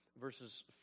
verses